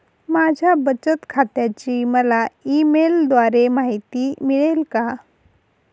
माझ्या बचत खात्याची मला ई मेलद्वारे माहिती मिळेल का?